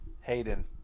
Hayden